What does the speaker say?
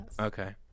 Okay